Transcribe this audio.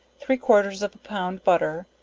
three quarters of a pound butter,